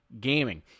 Gaming